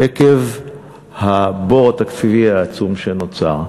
עקב הבור התקציבי העצום שנוצר.